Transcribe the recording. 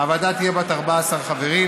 הוועדה תהיה בת 14 חברים,